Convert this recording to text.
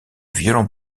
violents